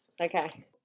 okay